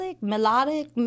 Melodic